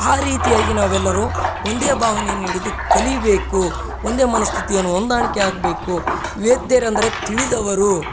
ಆ ರೀತಿಯಾಗಿ ನಾವೆಲ್ಲರು ಒಂದೇ ಭಾವನೆ ನೀಡೋದು ಕಲೀಬೇಕು ಒಂದೇ ಮನಸ್ಥಿತಿಯನು ಹೊಂದಾಣಿಕೆಯಾಗಬೇಕು ವೇದ್ಯರಂದರೆ ತಿಳಿದವರು